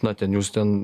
na ten jūs ten